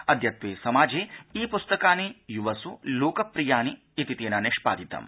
अद्यत्वे समाजे ई पुस्तकानि युवस् लोकप्रियानि इति तेन निष्पादितम्